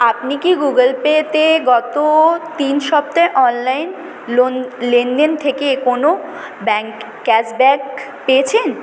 আপনি কি Google Pay তে গত তিন সপ্তাহে অনলাইন লেনদেন থেকে কোনো ব্যাঙ্ক ক্যাশব্যাক পেয়েছেন